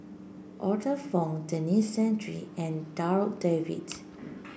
Arthur Fong Denis Santry and Darryl David